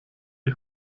die